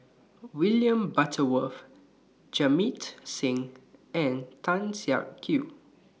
William Butterworth Jamit Singh and Tan Siak Kew